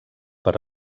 per